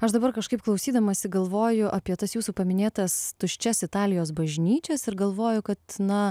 aš dabar kažkaip klausydamasi galvoju apie tas jūsų paminėtas tuščias italijos bažnyčias ir galvoju kad na